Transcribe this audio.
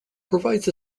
provides